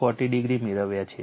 8o 240o મેળવ્યા છે